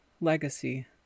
legacy